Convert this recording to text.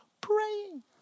praying